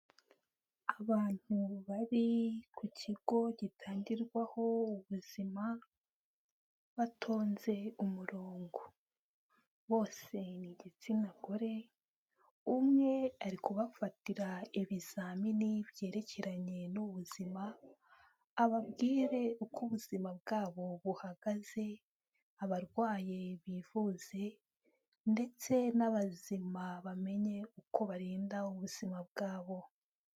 Abantu bari ku kigo gitangirwaho ubuzima, batonze umurongo. Bose ni igitsina gore, umwe ari kubafatira ibizamini byerekeranye n'ubuzima, ababwire uko ubuzima bwabo buhagaze, abarwaye bivuze ndetse n'abazima bamenye uko barinda ubuzima bwabo.